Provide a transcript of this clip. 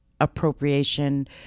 appropriation